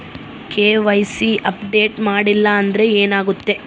KYC update ಮಾಡಿಲ್ಲ ಅಂದ್ರೆ ಏನಾಗುತ್ತೆ?